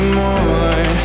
more